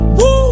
woo